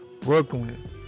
Brooklyn